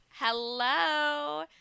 Hello